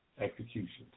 executions